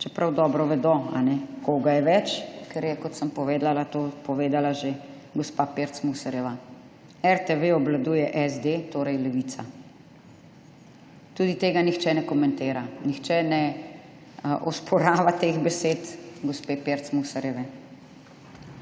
Čeprav dobro vedo, a ne, koga je več, ker je, kot sem povedala, to povedala že gospa Pirc Musarjeva. RTV obvladuje SD, torej levica. Tudi tega nihče ne komentira. Nihče ne osporava teh besed gospe Pirc Musarjeve